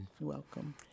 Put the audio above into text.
welcome